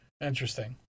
interesting